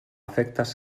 efectes